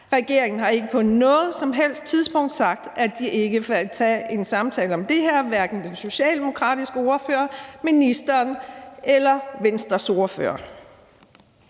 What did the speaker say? Regeringen har ikke på noget som helst tidspunkt sagt, at den ikke vil tage en samtale om det her. Det har hverken den socialdemokratiske ordfører, ministeren eller Venstres ordfører